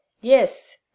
Yes